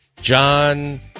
John